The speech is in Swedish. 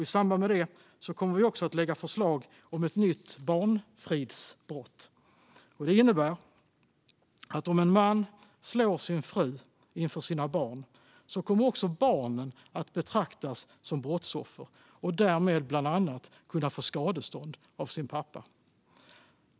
I samband med det kommer vi också att lägga fram förslag om ett nytt barnfridsbrott. Det innebär att om en man slår sin fru inför sina barn kommer också barnen att betraktas som brottsoffer och därmed bland annat kunna få skadestånd av sin pappa.